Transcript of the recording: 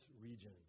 region